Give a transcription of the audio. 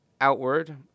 outward